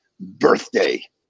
birthday